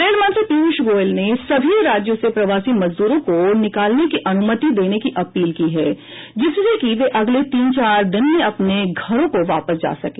रेलमंत्री पीयूष गोयल ने सभी राज्यों से प्रवासी मजद्रों को निकालने की अनुमति देने की अपील की है जिससे कि वे अगले तीन चार दिन में अपने घरों को वापस जा सकें